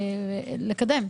לקדם.